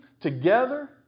together